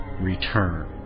return